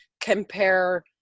compare